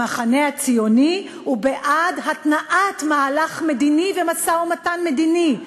המחנה הציוני הוא בעד התנעת מהלך מדיני ומשא-ומתן מדיני.